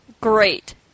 great